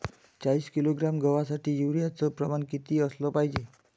चाळीस किलोग्रॅम गवासाठी यूरिया च प्रमान किती असलं पायजे?